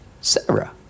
Sarah